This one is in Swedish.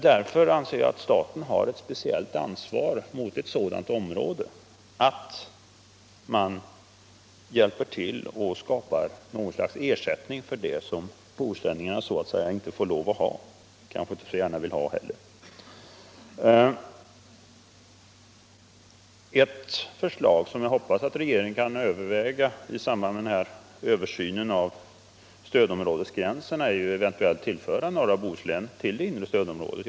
Jag anser att staten därför har ett speciellt ansvar mot befolkningen i området och att staten bör hjälpa till att skapa någon sorts ersättning för det som bohuslänningarna så att säga inte får lov att ha - och kanske inte heller så gärna vill ha. Ett förslag som jag hoppas att regeringen kan överväga i samband med översynen av stödområdesgränserna är att eventuellt hänföra norra Bohuslän till det inre stödområdet.